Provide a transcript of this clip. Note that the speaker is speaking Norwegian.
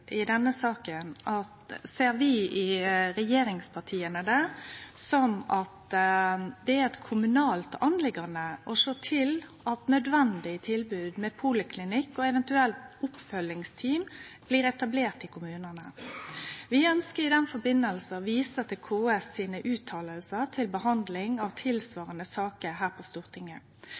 i regjeringspartia det som ei kommunal oppgåve å sjå til at nødvendig tilbod med poliklinikk og eventuelt oppfølgingsteam blir etablert i kommunane. Vi ønskjer i den forbindelsen å vise til Kommunanes Sentralforbunds fråsegner ved behandling av tilsvarande saker på Stortinget.